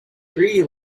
three